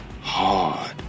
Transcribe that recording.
hard